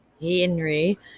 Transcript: Henry